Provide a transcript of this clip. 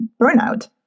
burnout